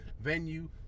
venue